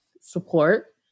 support